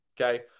Okay